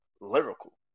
lyrical